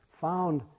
found